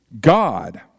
God